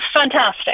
fantastic